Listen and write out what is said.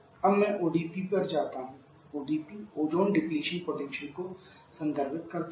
अब मैं ओडीपी पर जाता हूं ओडीपी ओजोन डिप्लेशन पोटेंशियल को संदर्भित करता है